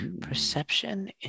Perception